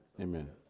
Amen